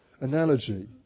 analogy